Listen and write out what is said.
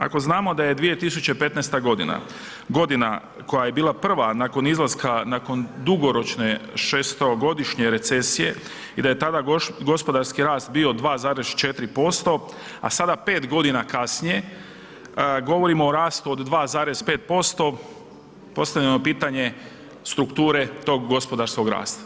Ako znamo da je 2015. godina koja je bila prva nakon izlaska nakon dugoročne 6-godišnje recesije i da je tada gospodarski rast bio 2,4%, a sada, 5 godina kasnije govorimo o rastu o 2,5%, postavljam vam pitanje strukture tog gospodarskog rasta.